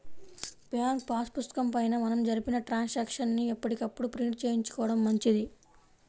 bank pass పుస్తకం పైన మనం జరిపిన ట్రాన్సాక్షన్స్ ని ఎప్పటికప్పుడు ప్రింట్ చేయించుకోడం మంచిది